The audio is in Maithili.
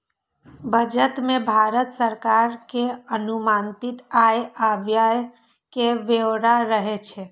बजट मे भारत सरकार के अनुमानित आय आ व्यय के ब्यौरा रहै छै